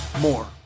more